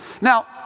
Now